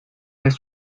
vez